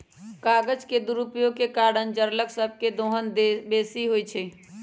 कागज के दुरुपयोग के कारण जङगल सभ के दोहन बेशी होइ छइ